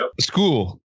School